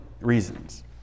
reasons